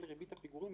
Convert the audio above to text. של ריבית הפיגורים,